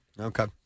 Okay